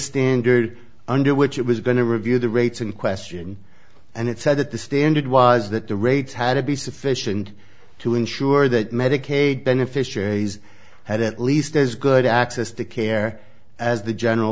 standard under which it was going to review the rates in question and it said that the standard was that the rates had to be sufficient to ensure that medicaid beneficiaries had at least as good access to care as the general